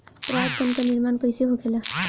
पराग कण क निर्माण कइसे होखेला?